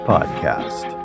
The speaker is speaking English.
Podcast